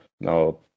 now